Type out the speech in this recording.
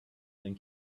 than